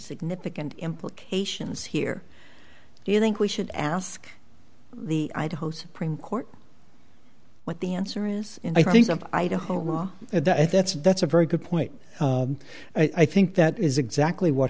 significant implications here do you think we should ask the idaho supreme court what the answer is i think of idaho and i think that's a very good point i think that is exactly what